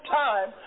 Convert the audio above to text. time